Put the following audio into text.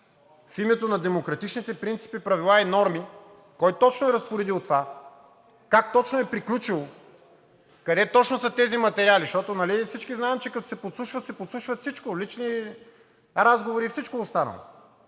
в името на демократичните принципи, правила и норми кой точно е разпоредил това, как точно е приключило, къде точно са тези материали? Защото нали всички знаем, че като се подслушва, се подслушва всичко – лични разговори и всичко останало?